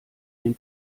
den